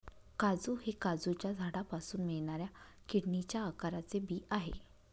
काजू हे काजूच्या झाडापासून मिळणाऱ्या किडनीच्या आकाराचे बी आहे